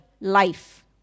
life